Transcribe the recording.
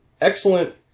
excellent